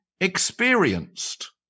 experienced